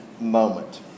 moment